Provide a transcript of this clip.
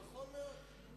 נכון מאוד.